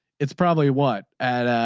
it's probably what at